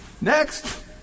Next